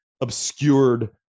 obscured